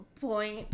point